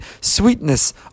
sweetness